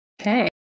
okay